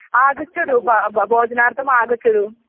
आगच्छतु बा भोजनार्थमागच्छतु